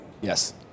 yes